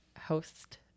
host